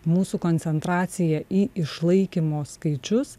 mūsų koncentracija į išlaikymo skaičius